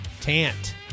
Tant